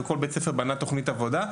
וכל בית ספר בנה תכנית העבודה,